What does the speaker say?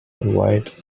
white